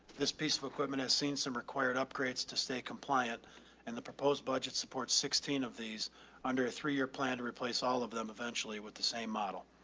this piece of equipment has seen some required upgrades to stay compliant and the proposed budget support sixteen of these under a three year plan to replace all of them eventually with the same model.